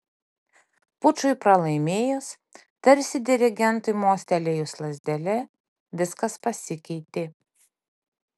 pučui pralaimėjus tarsi dirigentui mostelėjus lazdele viskas pasikeitė